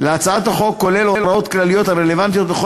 להצעת החוק כולל הוראות כלליות הרלוונטיות לכל